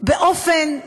באופן נקי.